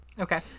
Okay